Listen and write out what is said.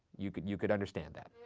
you could you could understand that.